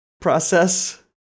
process